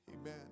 Amen